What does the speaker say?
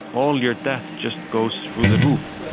all your debt just goes through the roof.